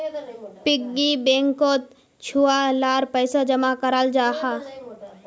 piggy बैंकोत छुआ लार पैसा जमा कराल जाहा